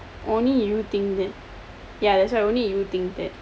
only you think that ya that's why only you think that